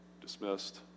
dismissed